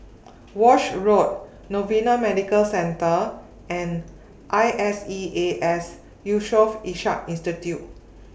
Walshe Road Novena Medical Centre and I S E A S Yusof Ishak Institute